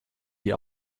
die